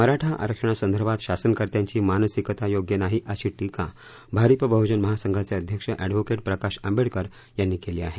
मराठा आरक्षणासंदर्भात शासनकर्त्याची मानसिकता योग्य नाही अशी टीका भारीप बहुजन महासंघाचे अध्यक्ष अद्व प्रकाश आंबेडकर यांनी केली आहे